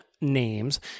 names